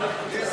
אמצע